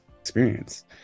experience